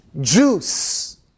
juice